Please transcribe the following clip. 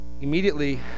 Immediately